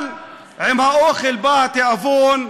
אבל עם האוכל בא התיאבון,